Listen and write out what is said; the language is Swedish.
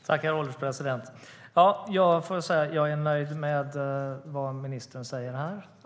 Herr ålderspresident! Jag får säga att jag är nöjd med vad ministern säger här.